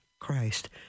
Christ